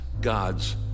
God's